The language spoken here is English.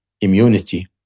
immunity